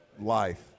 life